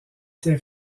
ces